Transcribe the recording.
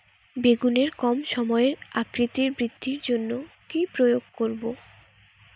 বেগুনের কম সময়ে আকৃতি বৃদ্ধির জন্য কি প্রয়োগ করব?